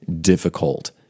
difficult